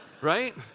right